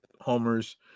homers